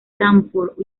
stanford